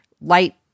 light